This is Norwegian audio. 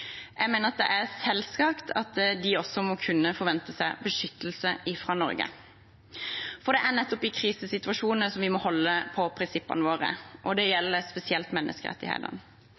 Jeg mener at det er selvsagt at de også må kunne forvente beskyttelse av Norge. For det er nettopp i krisesituasjoner vi må holde på prinsippene våre, og det gjelder spesielt menneskerettighetene.